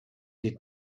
den